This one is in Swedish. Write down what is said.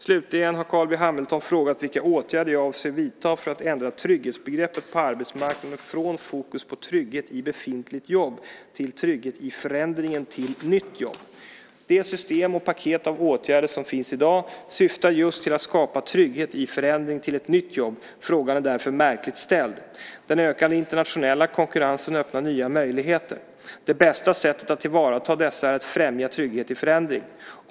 Slutligen har Carl B Hamilton frågat vilka åtgärder jag avser att vidta för att ändra trygghetsbegreppet på arbetsmarknaden från fokus på trygghet i befintligt jobb till trygghet i förändringen till nytt jobb. Det system och paket av åtgärder som finns i dag syftar just till att skapa trygghet i förändring till ett nytt jobb, frågan är därför märkligt ställd. Den ökande internationella konkurrensen öppnar nya möjligheter. Det bästa sättet att tillvarata dessa är att främja trygghet i förändring.